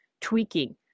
tweaking